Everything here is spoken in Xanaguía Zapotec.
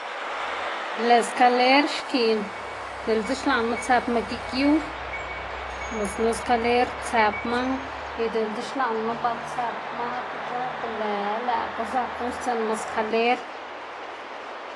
lëꞌ xkaler xkiꞌn diꞌltse xlaꞌnma tsëpma gik yu bos lo xkaler tsëpma y diꞌltse xlaꞌnma ba tsëpma ti c̲h̲ow blë lëꞌkga zak guꞌnnstsiꞌnma xkaler.